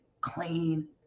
clean